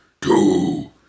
Two